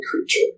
creature